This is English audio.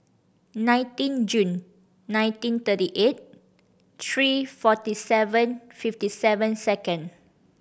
nineteen June nineteen thirty eight three forty seven fifty seven second